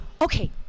Okay